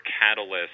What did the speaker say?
catalyst